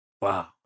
Wow